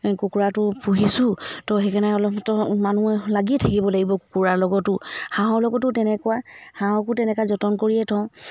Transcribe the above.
কুকুৰাটো পুহিছো তো সেইকাৰণে অলপ মানুহ লাগিয়ে থাকিব লাগিব কুকুৰাৰ লগতো হাঁহৰ লগতো তেনেকুৱা হাঁহকো তেনেকৈ যতন কৰিয়ে থওঁ